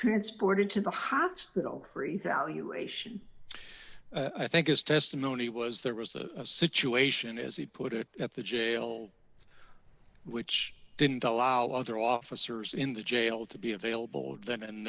transported to the hospital for evaluation i think his testimony was there was a situation as he put it at the jail which didn't allow other officers in the jail to be available th